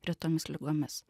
retomis ligomis